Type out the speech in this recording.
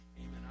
amen